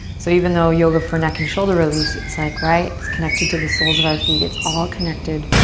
so even though yoga for neck and shoulder release it's like, right, it's connected to the soles of our feet. it's all connected,